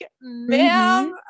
ma'am